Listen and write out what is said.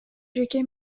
жеке